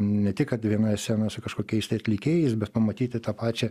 ne tik kad vienoje scenoje su kažkokiais tai atlikėjais bet pamatyti tą pačią